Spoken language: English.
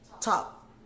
top